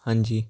ਹਾਂਜੀ